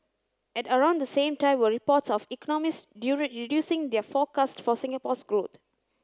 at around the same time were reports of economists reducing their forecast for Singapore's growth